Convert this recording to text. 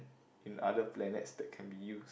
in other planets that can be used